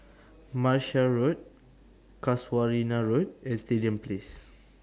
Martia Road Casuarina Road and Stadium Place